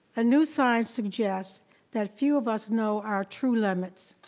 and new science suggests that few of us know our true limits,